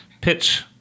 pitch